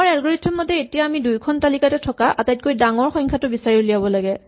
আমাৰ এলগৰিথম মতে এতিয়া আমি দুয়োখন তালিকাতে থকা আটাইতকৈ ডাঙৰ সংখ্যাটো বিচাৰি উলিয়াব লাগে